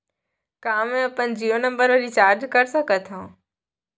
का मैं अपन जीयो नंबर म रिचार्ज कर सकथव?